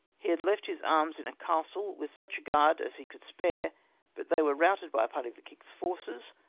he had left his arms in a castle, with such a guard as he could spare but they were routed by a party of the king's forces.